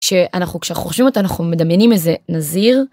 כשאנחנו חושבים אותה אנחנו מדמיינים איזה נזיר.